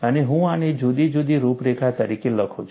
અને હું આને જુદી જુદી રૂપરેખા તરીકે લખું છું